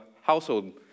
household